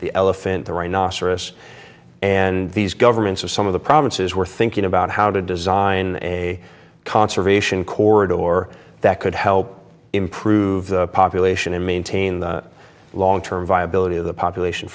the elephant the rhinoceros and these governments of some of the provinces were thinking about how to design a conservation corridor or that could help improve the population and maintain the long term viability of the population